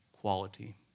quality